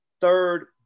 third